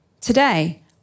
Today